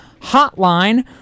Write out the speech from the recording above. hotline